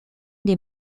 des